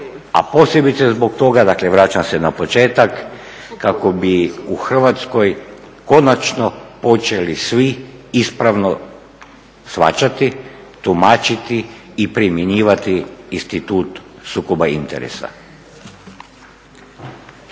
a posebice zbog toga, dakle vraćam se na početak kako bi u Hrvatskoj konačno počeli svi ispravno shvaćati, tumačiti i primjenjivati institut sukoba interesa.